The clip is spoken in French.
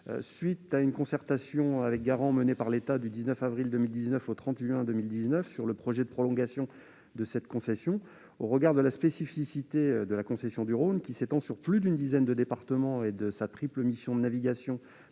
suite d'une concertation avec garant menée par l'État du 19 avril au 30 juin 2019 sur le projet de prolongation de la concession du Rhône, et au regard de la spécificité de cette concession, qui s'étend sur plus d'une dizaine de départements, et de sa triple mission, il